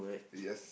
yes